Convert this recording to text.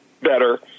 better